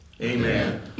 Amen